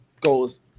goes